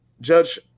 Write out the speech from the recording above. Judge